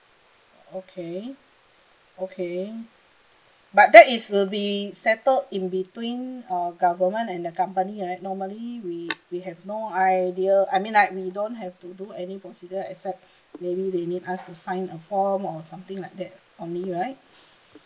okay okay but that is will be settled in between on government and the company right normally we we have no idea I mean like we don't have to do any procedure except maybe they need us to sign a form or something like that for me right